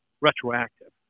retroactive